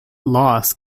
loss